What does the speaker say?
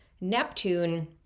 Neptune